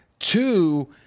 Two